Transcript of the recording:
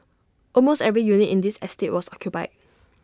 almost every unit in this estate was occupied